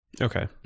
Okay